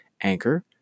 Anchor